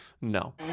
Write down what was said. No